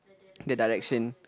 that direction